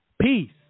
Peace